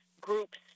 groups